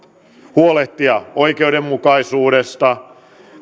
huolehtia oikeudenmukaisuudesta